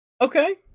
Okay